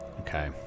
Okay